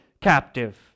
captive